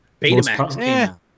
Betamax